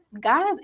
Guys